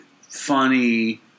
funny